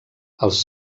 els